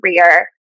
career